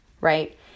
right